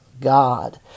God